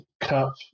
cup